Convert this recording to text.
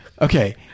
Okay